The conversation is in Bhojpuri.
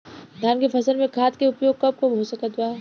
धान के फसल में खाद के उपयोग कब कब हो सकत बा?